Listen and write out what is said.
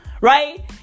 right